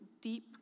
deep